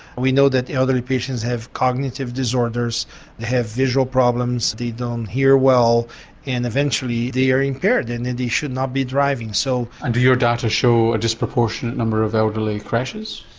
we know that elderly patients have cognitive disorders, they have visual problems, they don't hear well and eventually they are impaired and they they should not be driving. so and do your data show a disproportionate number of elderly crashes?